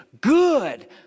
Good